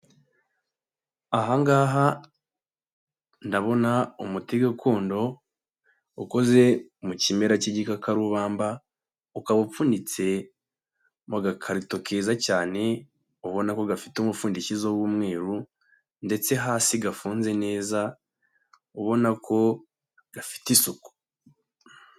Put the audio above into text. Aha ngaha ndabona umuti gakondo, ukoze mu kimera cy'igikakarubamba, ukaba upfunyitse mu gakarito keza cyane, ubona ko gafite umupfundikizo w'umweru, ndetse hasi gafunze neza, ubona ko gafite isuku.